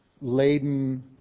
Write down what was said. laden